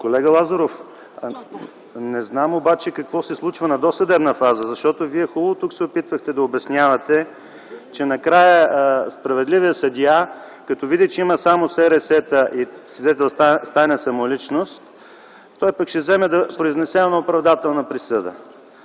Колега Лазаров, не знам обаче какво се случва на досъдебна фаза. Вие хубаво тук се опитвахте да обяснявате, че накрая справедливият съдия, като види че има само СРС-та и свидетел с тайна самоличност, той пък ще вземе да произнесе една оправдателна присъда.